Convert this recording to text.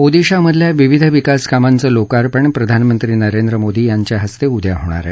ओदीशामधल्या विविध विकासकामांच लोकार्पण प्रधानमंत्री नरेंद्र मोदी याच्या हस्ते उद्या होणार आहे